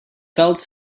felt